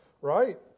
right